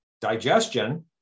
digestion